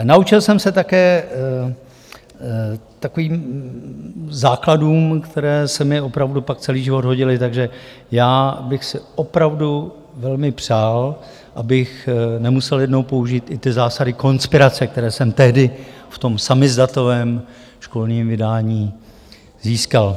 A naučil jsem se také takovým základům, které se mi opravdu pak celý život hodily, takže já bych si opravdu velmi přál, abych nemusel jednou použít i ty zásady konspirace, které jsem tehdy v tom samizdatovém školním vydání získal.